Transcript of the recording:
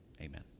Amen